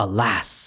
Alas，